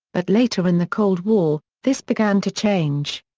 but later in the cold war, this began to change.